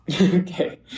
Okay